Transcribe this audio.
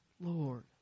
Lord